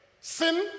sin